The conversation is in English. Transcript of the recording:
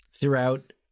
throughout